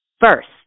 first